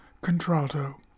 Contralto